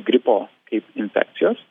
ar gripo kaip infekcijos